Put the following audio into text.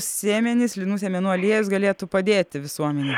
sėmenys linų sėmenų aliejus galėtų padėti visuomenei